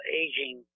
aging